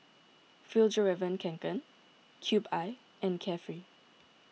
Fjallraven Kanken Cube I and Carefree